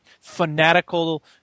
fanatical